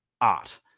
art